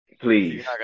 Please